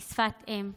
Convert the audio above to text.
היא שפת אם,